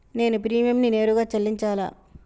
నేను ప్రీమియంని నేరుగా చెల్లించాలా?